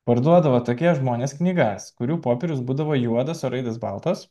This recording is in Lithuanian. parduodavo tokie žmonės knygas kurių popierius būdavo juodas o raidės baltos